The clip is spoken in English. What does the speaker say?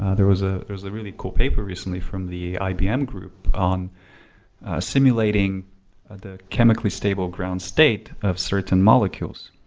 ah there was ah there was a really cool paper recently from the ibm group on simulating the chemically stable ground state of certain molecules.